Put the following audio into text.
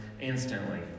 instantly